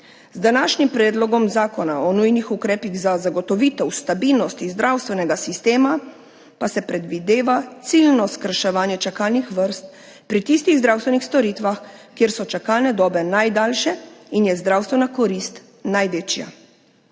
Z današnjim Predlogom Zakona o nujnih ukrepih za zagotovitev stabilnosti zdravstvenega sistema pa se predvideva ciljno skrajševanje čakalnih vrst pri tistih zdravstvenih storitvah, kjer so čakalne dobe najdaljše in je zdravstvena korist največja.